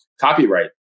copyright